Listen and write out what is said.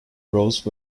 rose